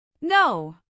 No